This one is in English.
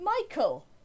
Michael